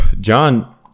John